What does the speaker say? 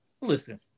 listen